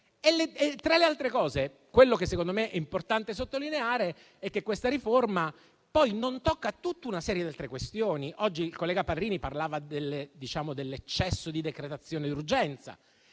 Tra le altre cose, quello che secondo me è importante sottolineare è che questa riforma non tocca poi tutta una serie di altre questioni. Oggi il collega Parrini parlava dell'eccesso di decretazione d'urgenza,